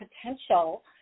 potential